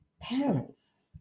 Parents